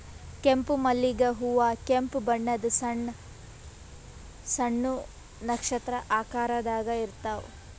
ಕೆಂಪ್ ಮಲ್ಲಿಗ್ ಹೂವಾ ಕೆಂಪ್ ಬಣ್ಣದ್ ಸಣ್ಣ್ ಸಣ್ಣು ನಕ್ಷತ್ರ ಆಕಾರದಾಗ್ ಇರ್ತವ್